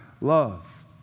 love